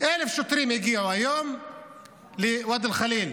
1,000 שוטרים הגיעו היום לוואדי ח'ליל.